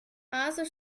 basel